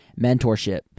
mentorship